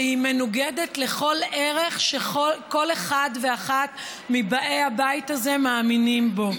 שהיא מנוגדת לכל ערך שכל אחד ואחת מבאי הבית הזה מאמינים בו.